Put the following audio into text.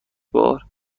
بار